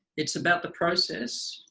it's about the process.